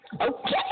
Okay